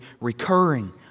recurring